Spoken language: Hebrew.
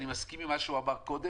אני מסכים עם מה שהוא אמר קודם,